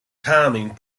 timing